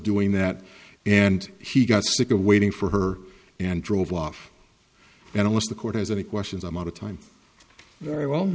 doing that and she got sick of waiting for her and drove off and almost the court has any questions i'm out of time very well